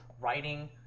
Writing